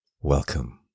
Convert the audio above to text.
Welcome